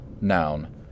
Noun